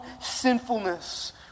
sinfulness